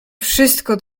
wszystko